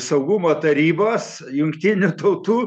saugumo tarybos jungtinių tautų